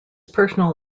personal